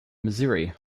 missouri